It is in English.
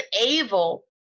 able